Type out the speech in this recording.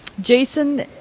Jason